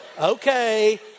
Okay